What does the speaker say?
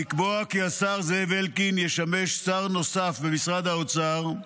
לקבוע כי השר זאב אלקין ישמש שר נוסף במשרד האוצר,